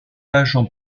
agent